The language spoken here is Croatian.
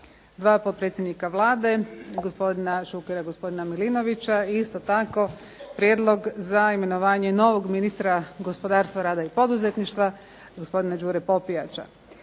2 potpredsjednika Vlade, gospodina Šukera i gospodina Milinovića. Isto tako prijedlog za imenovanje novog ministra gospodarstva, rada i poduzetništva, gospodina Đure Popijača.